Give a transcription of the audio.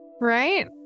Right